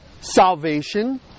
salvation